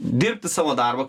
dirbti savo darbą